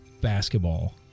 Basketball